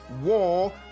war